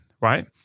right